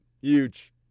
huge